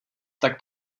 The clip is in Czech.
tak